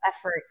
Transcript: effort